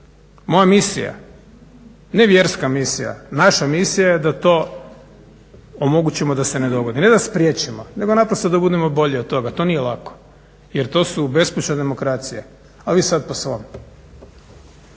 Moja misija, ne vjerska misija, naša misija je da to omogućimo da se ne dogodi. Ne da spriječimo, nego naprosto da budemo bolji od toga, to nije lako jer to su bespuća demokracije, a vi sada po svom.